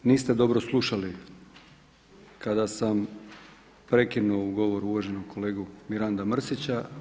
Niste dobro slušali kada sam prekinuo u govoru uvaženog kolegu Miranda Mrsića.